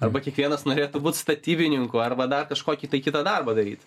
arba kiekvienas norėtų būti statybininku arba dar kažkokį tai kitą darbą daryti